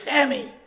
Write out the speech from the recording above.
Sammy